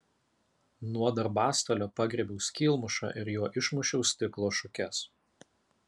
nuo darbastalio pagriebiau skylmušą ir juo išmušiau stiklo šukes